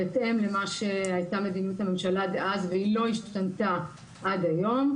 בהתאם למה שהיתה מדיניות הממשלה דאז והיא לא השתנתה עד היום,